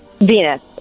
Venus